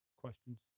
questions